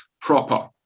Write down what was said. proper